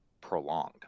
prolonged